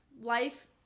Life